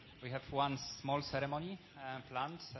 we have one small ceremony planned.